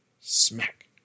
Smack